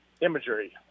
imagery